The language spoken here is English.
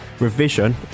revision